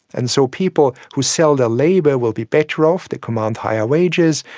and so people who sell their labour will be better off, they command higher wages,